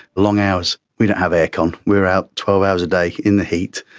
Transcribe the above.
long hours. we don't have air con. we're out twelve hours a day in the heat.